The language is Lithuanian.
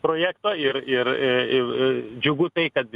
projekto ir ir ir džiugu tai kad